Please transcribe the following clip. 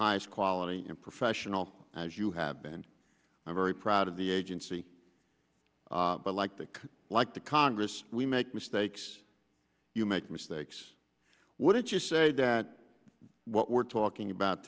highest quality and professional as you have been i'm very proud of the agency but like think like the congress we make mistakes you make mistakes wouldn't you say that what we're talking about